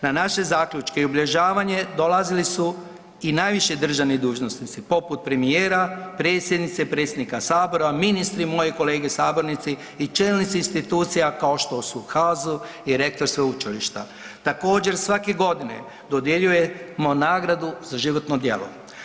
Na naše zaključke i obilježavanje dolazili su i najviši državni dužnosnici, poput premijera, predsjednice i predsjednika Sabora, ministri, moji kolege sabornici i čelnici institucija, kao što su HAZU i rektor sveučilišta. također, svake godine dodjeljujemo nagradu za životno djelo.